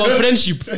friendship